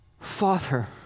Father